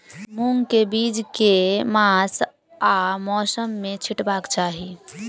मूंग केँ बीज केँ मास आ मौसम मे छिटबाक चाहि?